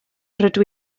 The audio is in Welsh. rydw